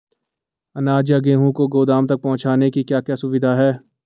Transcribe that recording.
अनाज या गेहूँ को गोदाम तक पहुंचाने की क्या क्या सुविधा है?